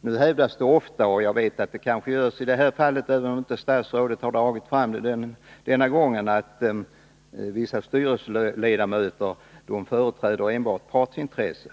Nu hävdas det ofta — jag vet att det kanske görs i det här fallet också, även om statsrådet inte har dragit fram det denna gång — att vissa styrelseledamöter företräder enbart partsintressen.